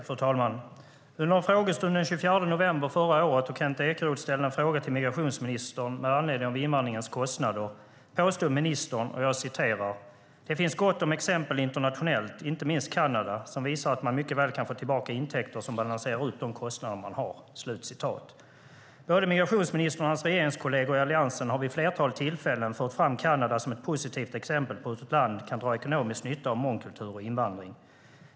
Fru talman! Under en frågestund den 24 november förra året, då Kent Ekeroth ställde en fråga till migrationsministern med anledning av invandringens kostnader, påstod ministern följande: "Det finns gott om exempel internationellt, inte minst från Kanada, som visar att man mycket väl kan få tillbaka intäkter som balanserar upp de kostnader man har." Både migrationsministern och hans regeringskolleger i Alliansen har vid ett flertal tillfällen fört fram Kanada som ett positivt exempel på hur ett land kan dra ekonomisk nytta av mångkultur och invandring.